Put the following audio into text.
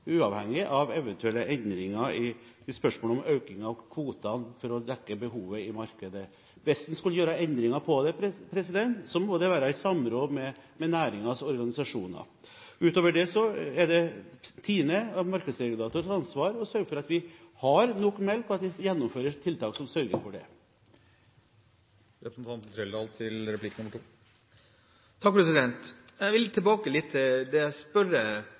uavhengig av eventuelle endringer i spørsmålet om å øke kvotene for å dekke behovet i markedet. Hvis man skulle gjøre endringer på det, må det være i samråd med næringens organisasjoner. Utover det er det TINE, som er markedsregulator, som har ansvaret for å sørge for at vi har nok melk, og at vi gjennomfører tiltak som sørger for det. Jeg vil tilbake til det jeg